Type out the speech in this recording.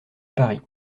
paris